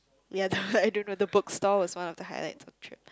ya the I don't know the bookstore was one of the highlights of the trip